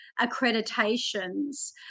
accreditations